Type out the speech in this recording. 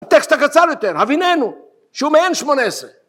טקסט הקצר יותר, הבינינו, שהוא מעין שמונה עשרה.